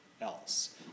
else